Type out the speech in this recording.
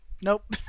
Nope